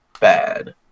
bad